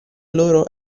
loro